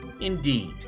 Indeed